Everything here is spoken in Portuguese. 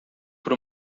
por